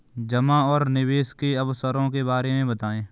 जमा और निवेश के अवसरों के बारे में बताएँ?